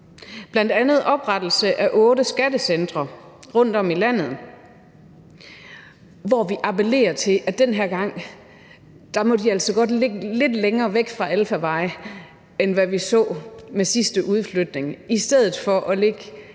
bl.a. oprettelse af otte skattecentre rundtom i landet. Vi appellerer til, at de den her gang altså godt må ligge lidt længere væk fra alfarvej, end hvad vi så med sidste udflytning. I stedet for at ligge